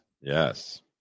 yes